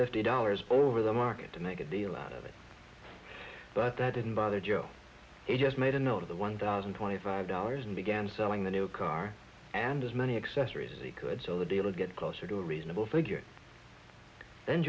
fifty dollars over the market to make a deal out of it but that didn't bother joe he just made a note of the one thousand twenty five dollars and began selling the new car and as many accessories they could sell the deal or get closer to a reasonable figure then